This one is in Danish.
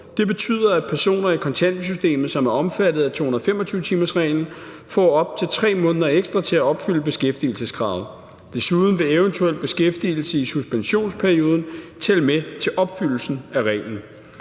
Det betyder, at personer i kontanthjælpssystemet, som er omfattet af 225-timersreglen, får op til 3 måneder ekstra til at opfylde beskæftigelseskravet. Desuden vil eventuel beskæftigelse i suspensionsperioden tælle med til opfyldelsen af reglen.